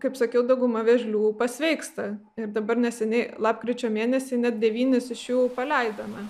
kaip sakiau dauguma vėžlių pasveiksta ir dabar neseniai lapkričio mėnesį net devynis iš jų paleidome